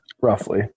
Roughly